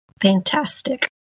Fantastic